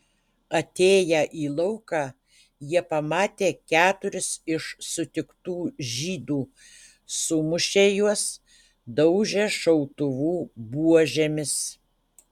atėję į lauką jie pamatė keturis iš sutiktų žydų sumušė juos daužė šautuvų buožėmis